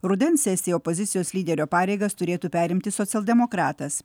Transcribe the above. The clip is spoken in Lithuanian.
rudens sesiją opozicijos lyderio pareigas turėtų perimti socialdemokratas